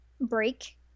break